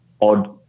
odd